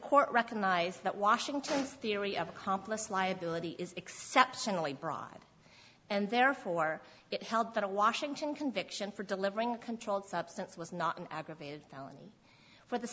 court recognize that washington theory of accomplice liability is exceptionally broad and therefore it held that a washington conviction for delivering a controlled substance was not an aggravated felony